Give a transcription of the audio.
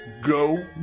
go